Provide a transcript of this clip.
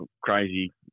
crazy